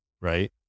right